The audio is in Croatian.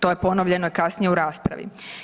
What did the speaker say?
To je ponovljeno i kasnije u raspravi.